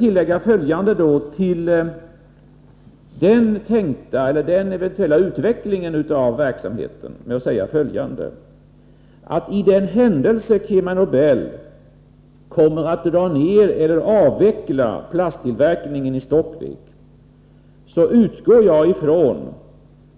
När det gäller den eventuella utvecklingen av verksamheten vill jag säga följande: För den händelse KemaNobel kommer att dra ned eller avveckla plasttillverkningen i Stockvik, utgår jag ifrån